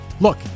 Look